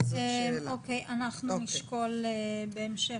אנחנו נשקול בהמשך.